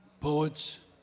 poets